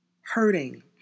hurting